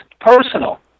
personal